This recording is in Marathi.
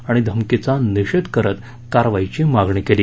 आणि धमकीचा निषेध करत कारवाईची मागणी केली